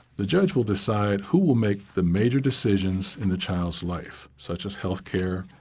the judge will decide who will make the major decisions in the child's life, such as health care,